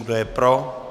Kdo je pro?